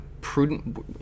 Prudent